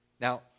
now